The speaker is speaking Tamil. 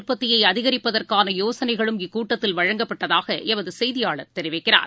உற்பத்தியைஅதிகரிப்பதற்கானயோசனைகளும் இக்கூட்டத்தில் ஆக்ஸிஐன் வழங்கப்பட்டதாகஎமதுசெய்தியாளர் தெரிவிக்கிறார்